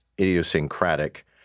idiosyncratic